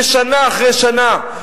ושנה אחרי שנה,